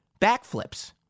backflips